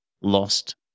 lost